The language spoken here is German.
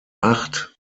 acht